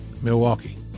Milwaukee